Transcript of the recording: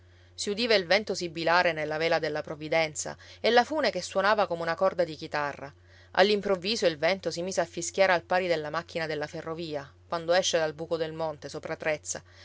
si udiva il vento sibilare nella vela della provvidenza e la fune che suonava come una corda di chitarra all'improvviso il vento si mise a fischiare al pari della macchina della ferrovia quando esce dal buco del monte sopra trezza